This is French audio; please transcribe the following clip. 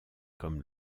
comme